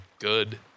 good